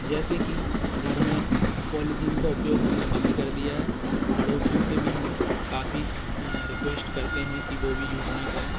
जैसे कि घर में पोलिथीन का प्रयोग हम ने बंद कर दिया है पड़ोसियों से भी हम काफ़ी रिकुएष्ट करते हैं कि वो भी यूज़ ना करें